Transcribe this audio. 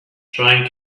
trying